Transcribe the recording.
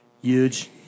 Huge